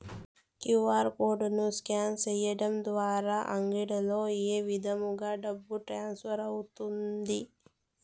QR code ను scan సేయడం ద్వారా అంగడ్లలో ఏ విధంగా డబ్బు ట్రాన్స్ఫర్ అవుతుంది